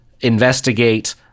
investigate